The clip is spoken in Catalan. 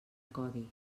codi